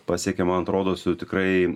pasiekėm man atrodos jau tikrai